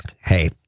hey